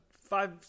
Five